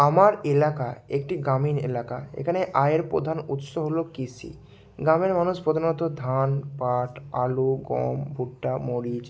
আমার এলাকা একটি গ্রামীণ এলাকা এখানে আয়ের প্রধান উৎস হল কৃষি গ্রামের মানুষ প্রধানত ধান পাট আলু গম ভুট্টা মরিচ